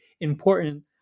important